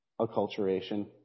acculturation